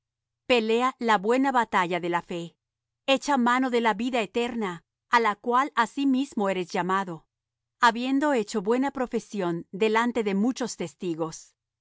pelea la buena batalla de la fe echa mano de la vida eterna á la cual asimismo eres llamado habiendo hecho buena profesión delante de muchos testigos